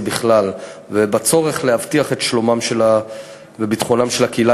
בכלל ובצורך להבטיח את שלומם וביטחונם של הקהילה